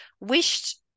wished